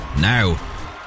now